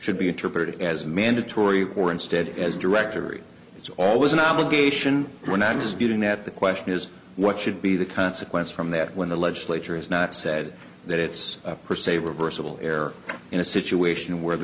should be interpreted as mandatory or instead as directory it's always an allegation we're not disputing that the question is what should be the consequence from that when the legislature has not said that it's per se reversible error in a situation where the